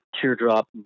teardrop